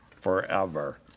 forever